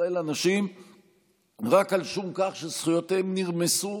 ישראל אנשים רק על שום כך שזכויותיהם נרמסו